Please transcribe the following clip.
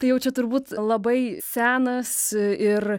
tai jau čia turbūt labai senas ir